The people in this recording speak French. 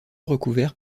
recouvert